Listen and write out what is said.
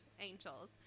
angels